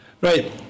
Right